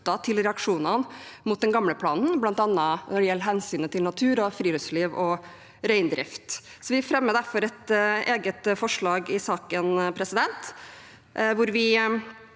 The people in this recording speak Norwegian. til reaksjonene mot den gamle planen, bl.a. når det gjelder hensynet til natur, friluftsliv og reindrift. Vi fremmer derfor et eget forslag i saken, der vi